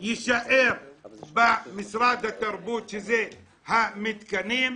יישאר במשרד התרבות, שזה המתקנים,